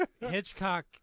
Hitchcock